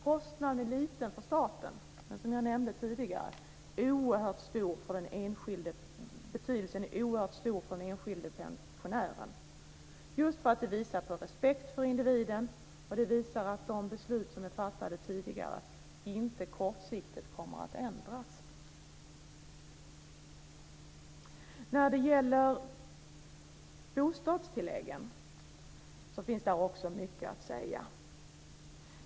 Kostnaden är liten för staten, men som jag nämnde tidigare är betydelsen oerhört stor för den enskilde pensionären just för att detta visar på respekt för individen och på att de beslut som är fattade tidigare inte kortsiktigt kommer att ändras. Det finns mycket att säga om bostadstilläggen.